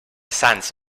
sants